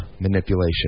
manipulation